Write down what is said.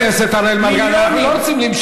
חבר הכנסת אראל מרגלית, מיליונים.